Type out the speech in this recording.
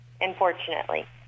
Unfortunately